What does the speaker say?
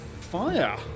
fire